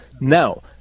Now